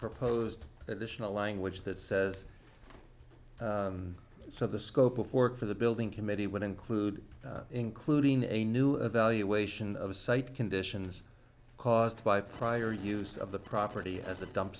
proposed additional language that says so the scope of work for the building committee would include including a new evaluation of site conditions caused by prior use of the property as a dump